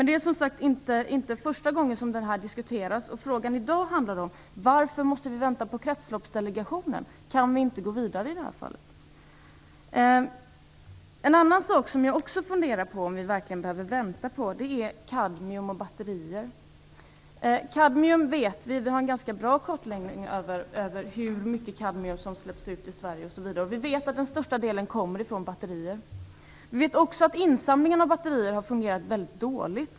Det är inte, som sagt var, första gången som frågan diskuteras. Det handlar i dag om varför vi måste vänta på Kretsloppsdelegationen. Kan vi inte gå vidare i det här fallet? En annan sak som jag också funderar på om vi verkligen behöver vänta på gäller kadmium i batterier. Det finns en bra kartläggning av hur mycket kadmium som släpps ut i Sverige, och vi vet att den största delen kommer från batterier. Vi vet också att insamlingen av batterier har fungerat väldigt dåligt.